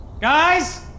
Guys